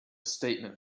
statement